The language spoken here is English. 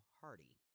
Hardy